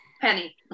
Penny